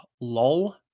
Lol